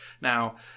Now